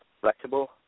flexible